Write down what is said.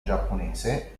giapponese